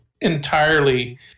entirely